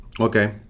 Okay